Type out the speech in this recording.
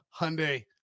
Hyundai